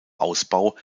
ausbau